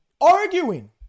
arguing